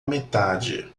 metade